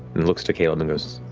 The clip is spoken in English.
and looks to caleb and goes,